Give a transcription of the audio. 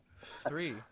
Three